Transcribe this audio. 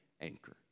anchor